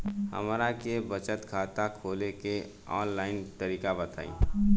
हमरा के बचत खाता खोले के आन लाइन तरीका बताईं?